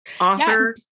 author